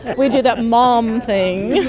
we do that mom thing.